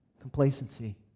Complacency